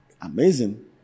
Amazing